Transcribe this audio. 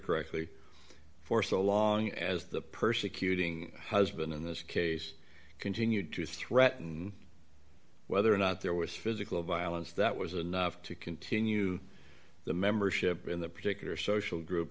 correctly for so long as the persecuting husband in this case continued to threaten whether or not there was physical violence that was enough to continue the membership in the particular social group